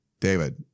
David